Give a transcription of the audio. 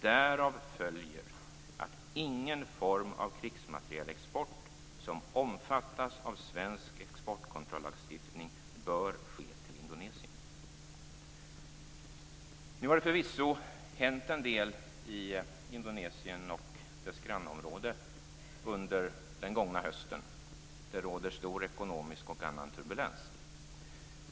Därav följer att ingen form av krigsmaterielexport som omfattas av svensk exportkontrollagstiftning bör ske till Indonesien." Det har förvisso hänt en del i Indonesien och dess grannområde under den gångna hösten. Det råder stor ekonomisk och annan turbulens.